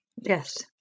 Yes